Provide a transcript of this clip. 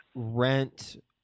rent